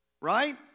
right